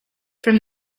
from